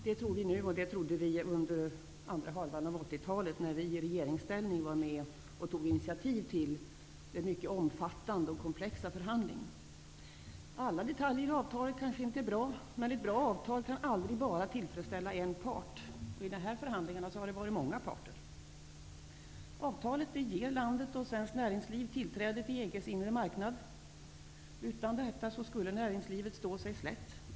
Det tror vi nu, och det trodde vi under andra halvan av 80-talet när vi, i regeringsställning, var med och tog initiativ till den mycket omfattande och komplexa förhandlingen. Alla detaljer i avtalet kanske inte är bra, men ett bra avtal kan aldrig bara tillfredsställa en part. I dessa förhandlingar har det varit många parter. Avtalet ger landet och svenskt näringsliv tillträde till EG:s inre marknad. Utan detta tillträde skulle näringslivet stå sig slätt.